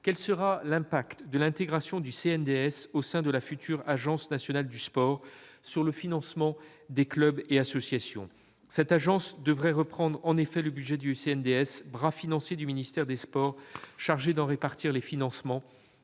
quel sera l'effet de l'intégration du CNDS au sein de la future agence nationale du sport sur les financements des clubs et associations ? Cette agence devrait reprendre en effet le budget du CNDS, bras financier du ministère des sports chargé d'en répartir les financements,